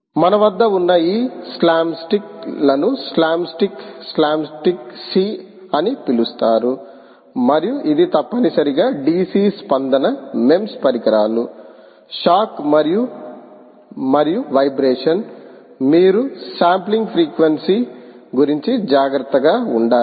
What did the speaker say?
మన వద్ద ఉన్న ఈ స్లామ్ స్టిక్ లను slam stick slam stick -C అని పిలుస్తారు మరియు ఇది తప్పనిసరిగా DC స్పందన MEMS పరికరాలు షాక్ మరియు మరియు వైబ్రేషన్ మీరు శాంప్లింగ్ ఫ్రీక్వెన్సీ గురించి జాగ్రత్తగా ఉండాలి